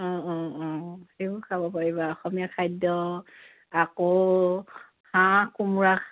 অঁ অঁ অঁ সেইবোৰ খাব পাৰিবা অসমীয়া খাদ্য আকৌ হাঁহ কোমোৰা